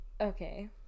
Okay